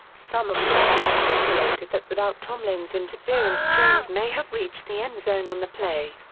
some observers speculated that without tomlin's interference jones may have reached the endzone on the play.